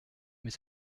mais